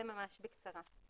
זה ממש בקצרה.